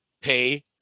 pay